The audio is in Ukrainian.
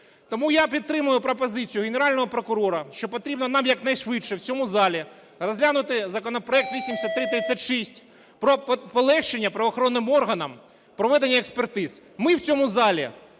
Тому я підтримую пропозицію Генерального прокурора, що потрібно нам якнайшвидше в цьому залі розглянути законопроект 8336 про полегшення правоохоронним органам проведення експертиз. Ми в цьому залі